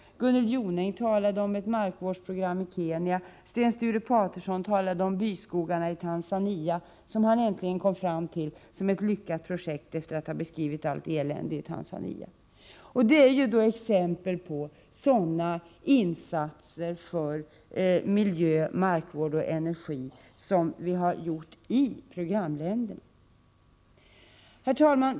Gunnel Jonäng talade om ett markvårdsprogram i Kenya. Sten Sture Paterson talade om byskogarna i Tanzania, som han äntligen kom fram till som ett lyckat projekt, efter att ha beskrivit allt elände i Tanzania. Det är exempel på insatser för miljö, markvård och energi som vi har gjort i programländerna. Herr talman!